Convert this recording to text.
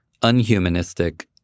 unhumanistic